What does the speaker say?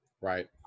right